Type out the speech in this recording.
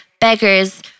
beggars